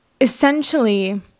essentially